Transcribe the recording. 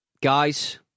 Guys